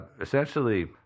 essentially